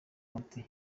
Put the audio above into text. konti